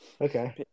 Okay